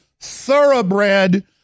thoroughbred